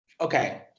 Okay